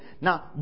Now